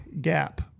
gap